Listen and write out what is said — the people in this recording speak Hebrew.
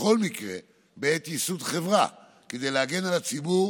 בכל מקרה בעת ייסוד חברה, כדי להגן על הציבור